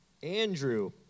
Andrew